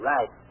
Right